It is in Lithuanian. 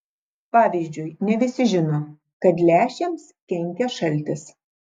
pavyzdžiui ne visi žino kad lęšiams kenkia šaltis